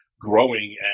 growing